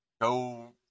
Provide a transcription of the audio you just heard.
go